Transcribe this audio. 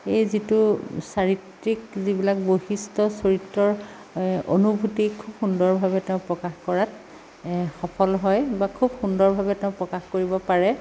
এই যিটো চাৰিত্ৰিক যিবিলাক বৈশিষ্ট্য় চৰিত্ৰৰ অনুভূতিক সুন্দৰভাৱে তেওঁ প্ৰকাশ কৰাত সফল হয় বা খুব সুন্দৰভাৱে তেওঁ প্ৰকাশ কৰিব পাৰে